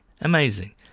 Amazing